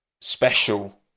special